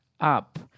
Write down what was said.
up